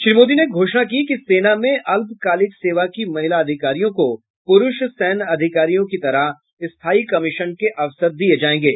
श्री मोदी ने घोषणा की कि सेना में अल्पकालिक सेवा की महिला अधिकारियों को पुरुष सैन्य अधिकारियों की तरह स्थायी कमीशन के अवसर दिए जाएंगे